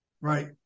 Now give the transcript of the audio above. right